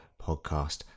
podcast